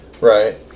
Right